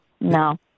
no